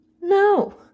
No